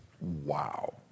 wow